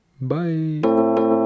bye